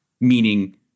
meaning